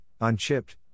unchipped